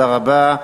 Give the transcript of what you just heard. תודה רבה.